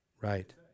Right